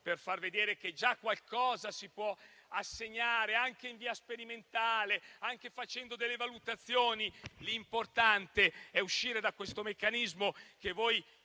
per far vedere che già qualcosa si può assegnare, anche in via sperimentale e facendo alcune valutazioni; l'importante è uscire da questo meccanismo che